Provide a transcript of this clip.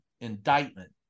indictment